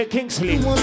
Kingsley